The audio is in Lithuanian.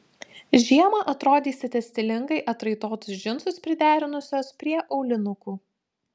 žiemą atrodysite stilingai atraitotus džinsus priderinusios prie aulinukų